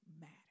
matter